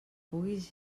puguis